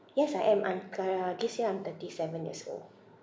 yes I am I'm kind of this year I'm thirty seven years old